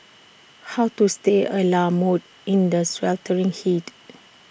how to stay A la mode in the sweltering heat